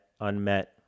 unmet